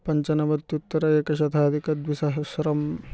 पञ्चनवत्युत्तर एकशताधिक द्विसहस्रं